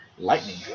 lightning